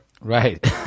Right